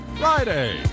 Friday